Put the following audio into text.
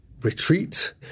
retreat